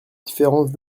différence